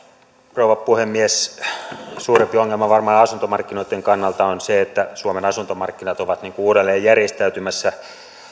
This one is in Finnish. rouva puhemies suurempi ongelma varmaan asuntomarkkinoitten kannalta on se että suomen asuntomarkkinat ovat uudelleen järjestäytymässä